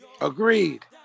Agreed